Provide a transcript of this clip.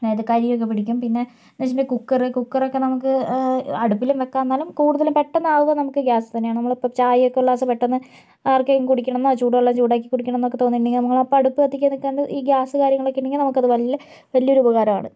അത് കരിയൊക്കെ പിടിക്കും പിന്നെ എന്ന് വച്ചിട്ടുണ്ടെങ്കിൽ കുക്കറ് കുക്കറൊക്കെ നമുക്ക് അടുപ്പിലും വയ്ക്കാം എന്നാലും കൂടുതലും പെട്ടന്ന് ആകുക നമുക്ക് ഗ്യാസ് തന്നെയാണ് നമ്മൾ ഇപ്പോൾ ചായയൊക്കെ ഒരു ഗ്ലാസ് പെട്ടന്ന് ആർക്കെങ്കിലും കുടിക്കണം എന്നോ ചൂട് വെള്ളം ചൂടാക്കി കുടിക്കണം എന്നൊക്കെ തോന്നിയിട്ടുണ്ടെങ്കിൽ നമ്മളപ്പം അടുപ്പ് കത്തിക്കാൻ നിൽക്കാണ്ട് ഈ ഗ്യാസ് കാര്യങ്ങളൊക്കെയുണ്ടെങ്കിൽ നമുക്കത് വലിയ വലിയൊരു ഉപകാരമാണ്